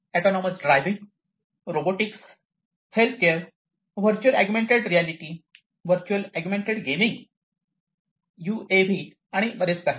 autonomous driving robotics healthcare virtual augmented reality virtual augmented gaming UAV's आणि बरेच काही